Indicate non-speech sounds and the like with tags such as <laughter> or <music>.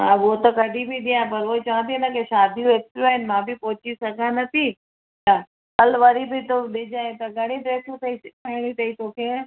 हा उहो त कॾहिं बि ॾियां पर उहो ई चवां थी न के शादियूं एतिरियूं आहिनि मां बि पहुची सघां नथी त कल्ह वरी बि तूं ॾिजांइ त घणी ड्रेसियूं अथेई थी <unintelligible> तोखे